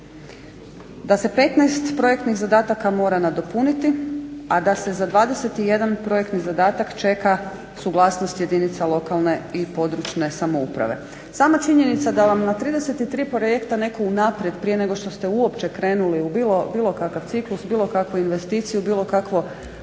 da se 15 projektnih zadataka mora nadopuniti, a da se za 21 projektni zadatak čeka suglasnost jedinica lokalne i područne samouprave. Sama činjenica da vam na 33 projekta netko unaprijed prije nego što ste uopće krenuli u bilo kakav ciklus, bilo kakvu investiciju, bilo kakvo